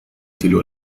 تلو